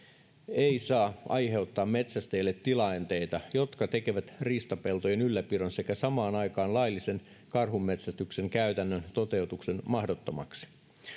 ei saa aiheuttaa metsästäjille tilanteita jotka tekevät riistapeltojen ylläpidon sekä samaan aikaan laillisen karhunmetsästyksen käytännön toteutuksen mahdottomaksi